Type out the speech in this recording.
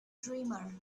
dreamer